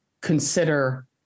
consider